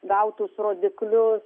gautus rodiklius